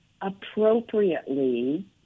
appropriately